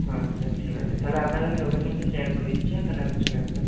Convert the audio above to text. আচ্ছা ঠিক আছে তাহলে আপনাকে আমি লোকেশনটা শেয়ার করে দিচ্ছি হ্যাঁ তাহলে আপনি চলে আসবেন